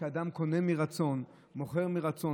שאדם קונה מרצון ומוכר מרצון?